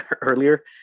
earlier